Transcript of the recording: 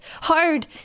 hard